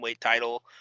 title